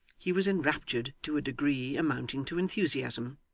he was enraptured to a degree amounting to enthusiasm.